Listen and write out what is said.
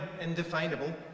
indefinable